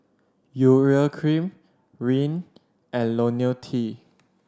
Urea Cream Rene and Ionil T